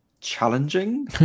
challenging